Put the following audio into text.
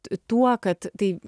tuo kad tai